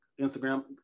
Instagram